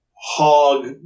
hog